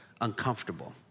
uncomfortable